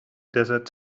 desert